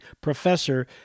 professor